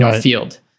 field